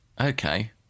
Okay